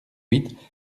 huit